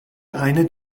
eine